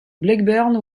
blackburn